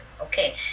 okay